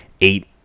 eight